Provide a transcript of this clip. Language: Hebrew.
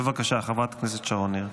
בבקשה, חברת הכנסת שרון ניר.